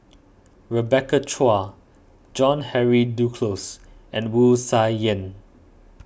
Rebecca Chua John Henry Duclos and Wu Tsai Yen